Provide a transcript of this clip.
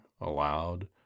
aloud